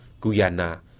Guyana